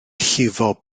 llifo